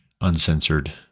Uncensored